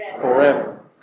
forever